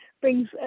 brings